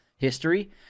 history